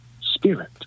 Spirit